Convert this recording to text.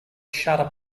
shudder